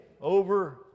over